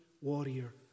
warrior